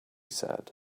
said